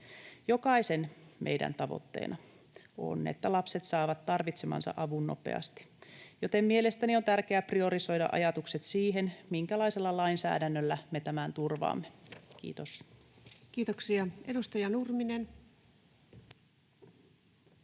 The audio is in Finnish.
Jokaisen meidän tavoitteena on, että lapset saavat tarvitsemansa avun nopeasti, joten mielestäni on tärkeää priorisoida ajatukset siihen, minkälaisella lainsäädännöllä me tämän turvaamme. — Kiitos. [Speech 148]